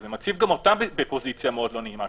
זה מציב גם אותם בפוזיציה מאוד לא נעימה,